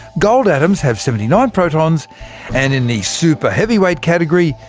gold atoms have seventy nine protons and in the superheavyweight category,